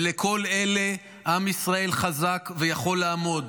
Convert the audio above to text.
ובכל אלה עם ישראל חזק ויכול לעמוד.